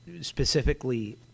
specifically